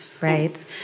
right